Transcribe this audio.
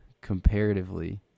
comparatively